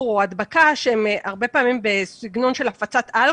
או הדבקה שהן הרבה פעמים בסגנון של הפצת-על,